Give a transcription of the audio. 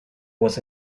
was